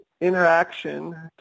interaction